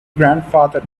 grandfather